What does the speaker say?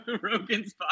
Rogan's